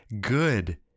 good